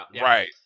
Right